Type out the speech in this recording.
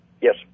Yes